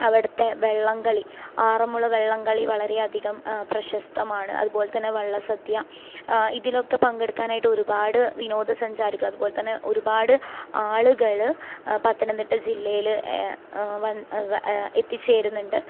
അവിടുത്തെ വള്ളം കളി ആറമ്മുള വള്ളം കളി വളരെയധികം പ്രശസ്തമാണ് അതുപോലെ തന്നെ വള്ള സദ്യ ഇതിലൊക്കെ പങ്കെടുക്കാനായിട്ട് ഒരുപാട് വിനോദസഞ്ചാരികളതുപോലെ തന്നെ ഒരുപാട് ആളുകള് പത്തനംതിട്ട ജില്ലയില് എത്തി ചേരുന്നുണ്ട്